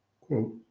quote